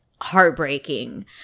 heartbreaking